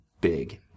big